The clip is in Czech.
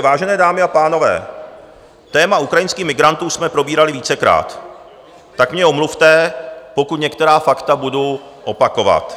Vážené dámy a pánové, téma ukrajinských migrantů jsme probírali vícekrát, tak mě omluvte, pokud některá fakta budu opakovat.